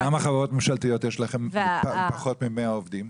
כמה חברות ממשלתיות יש לכם פחות מ-100 עובדים?